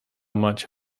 much